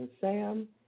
Sam